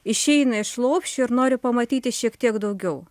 išeina iš lopšio ir nori pamatyti šiek tiek daugiau